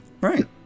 Right